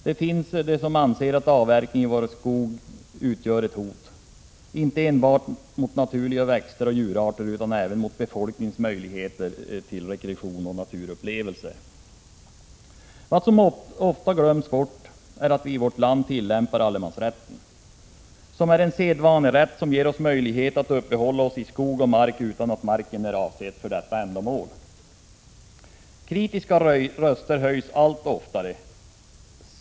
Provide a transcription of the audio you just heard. Det finns de som anser att avverkningarna i våra skogar utgör ett hot — inte enbart mot naturliga växter och djurarter, utan även mot befolkningens möjligheter till rekreation och naturupplevelser. Vad som ofta glöms bort är att vi i vårt land tillämpar allemansrätten, som är en sedvanerätt som ger oss möjlighet att uppehålla oss i skog och mark utan att marken är avsatt för detta ändamål. Kritiska röster höjs allt oftare.